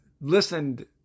listened